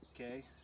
Okay